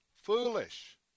Foolish